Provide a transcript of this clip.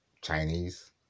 Chinese